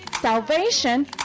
salvation